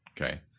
Okay